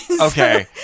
Okay